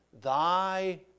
Thy